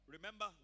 Remember